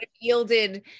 yielded